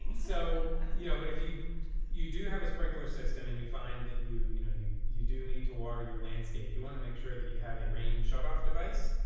so you know but if you you do have a sprinkler system and you find that you you know you do need to water your landscape, you want to make sure that you have a rain shutoff device.